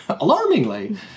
alarmingly